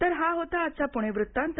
तर हा होता आजचा पुणे वृत्तांत